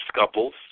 couples